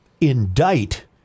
indict